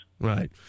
Right